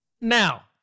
Now